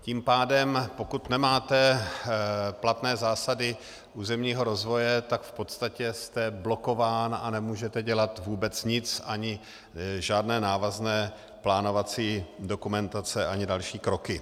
Tím pádem pokud nemáte platné zásady územního rozvoje, tak v podstatě jste blokován a nemůžete dělat vůbec nic, ani žádné návazné plánovací dokumentace, ani další kroky.